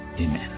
Amen